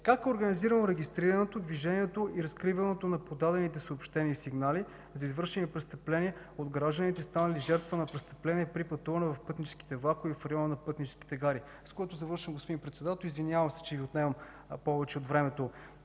как е организирано регистрирането, движението и разкриването на подадените съобщения и сигнали за извършени престъпления от гражданите, станали жертва на престъпленията и пътуване в пътническите влакове и в района на пътническите гари? Завършвам, господин Председател. Извинявам се, че Ви отнемам повече от времето.